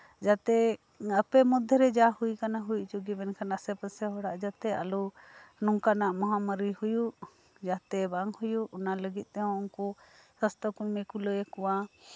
ᱡᱟᱛᱮ ᱟᱯᱮ ᱢᱚᱫᱽᱫᱷᱮ ᱨᱮ ᱡᱟ ᱦᱩᱭ ᱟᱠᱟᱱᱟ ᱦᱩᱭ ᱦᱚᱪᱚᱱᱟᱜ ᱢᱮᱱᱠᱷᱟᱱ ᱟᱥᱮ ᱯᱟᱥᱮ ᱦᱚᱲᱟᱜ ᱡᱟᱛᱮ ᱟᱞᱚ ᱱᱚᱝᱠᱟᱱᱟᱜ ᱢᱚᱦᱟᱢᱟᱨᱤ ᱦᱩᱭᱩᱜ ᱡᱟᱛᱮ ᱵᱟᱝ ᱦᱩᱭᱩᱜ ᱚᱱᱟ ᱞᱟᱹᱜᱤᱫ ᱛᱮᱦᱚᱸ ᱩᱱᱠᱩ ᱥᱟᱥᱛᱷᱚ ᱠᱚᱨᱢᱤ ᱠᱚ ᱞᱟᱹᱭ ᱟᱠᱚᱣᱟ